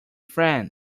friend